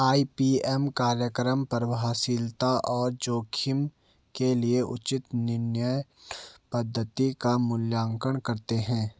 IPM कार्यक्रम प्रभावशीलता और जोखिम के लिए उचित नियंत्रण पद्धति का मूल्यांकन करते हैं